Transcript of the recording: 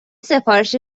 سفارش